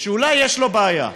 שיש לו בעיה,